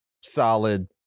solid